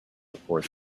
before